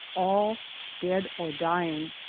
all dead or dying!